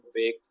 big